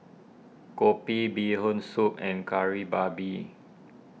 Kopi Bee Hoon Soup and Kari Babi